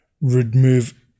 remove